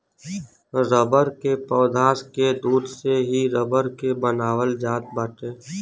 rubber के पौधा के दूध से ही रबर के बनावल जात बाटे